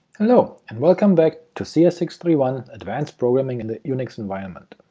hello, and welcome back to c s six three one advanced programming in the unix environment.